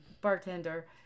bartender